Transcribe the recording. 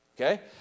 okay